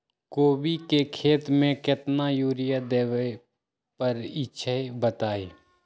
कोबी के खेती मे केतना यूरिया देबे परईछी बताई?